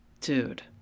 Dude